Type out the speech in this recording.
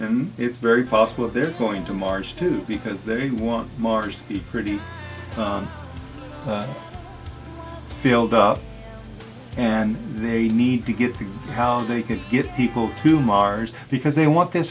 and it's very possible they're going to mars too because they want mars pretty filled up and they need to get to how they can get people to mars because they want th